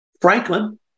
Franklin